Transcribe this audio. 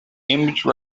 image